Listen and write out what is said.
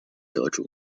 得主